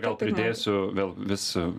gal pridėsiu gal vis